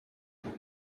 det